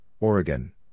Oregon